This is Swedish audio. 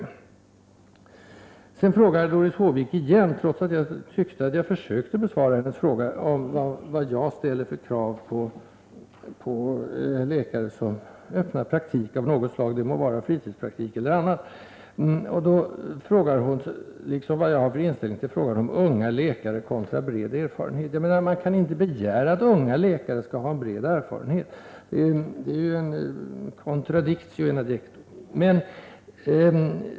Doris Håvik frågade ännu en gång, trots att jag tyckte att jag redan försökt besvara hennes fråga, vilka krav jag ställer på läkare som öppnar praktik av något slag — det må vara fritidspraktik eller annan praktik. Hennes fråga gällde min inställning till unga läkare kontra läkare med bred erfarenhet. Man kan inte begära att unga läkare skall ha en bred erfarenhet — det är en contradictio in adjecto.